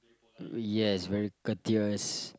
yes very courteous